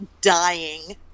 dying